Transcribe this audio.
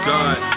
God